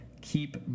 keep